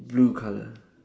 blue colour